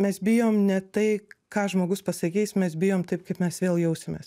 mes bijom ne tai ką žmogus pasakys mes bijom taip kaip mes vėl jausimės